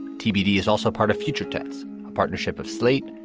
tbd is also part of future tense, a partnership of slate,